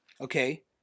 okay